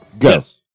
Yes